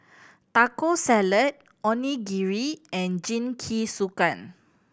Taco Salad Onigiri and Jingisukan